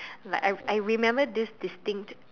like I I remember this distinct